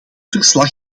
verslag